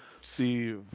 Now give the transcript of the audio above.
See